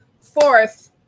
fourth